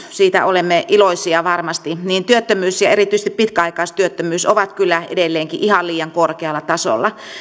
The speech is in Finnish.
siitä olemme iloisia varmasti niin työttömyys ja erityisesti pitkäaikaistyöttömyys ovat kyllä edelleenkin ihan liian korkealla tasolla